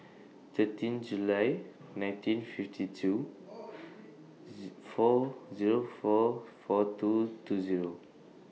thirteen July nineteen fifty two four Zero four four two two Zero